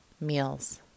meals